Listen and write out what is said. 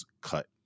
cut